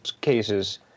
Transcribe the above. cases